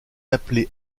appelée